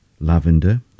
Lavender